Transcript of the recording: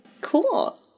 cool